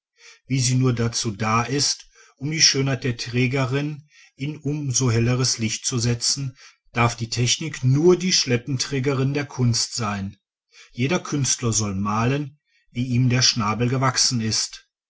wie sie nur dazu da ist um die schönheit der trägerin in um so helleres licht zu setzen darf die technik nur die schleppenträgerin der kunst sein jeder künstler soll malen wie ihm der schnabel gewachsen ist